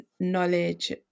knowledge